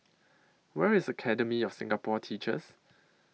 Where IS Academy of Singapore Teachers